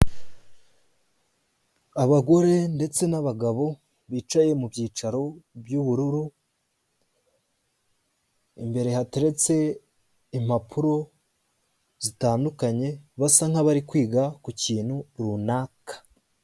Abagore ndetse n'abagabo, bicaye mu byicaro by'ubururu, imbere hateretse impapuro zitandukanye, basa nkabari kwiga ku kintu runaka.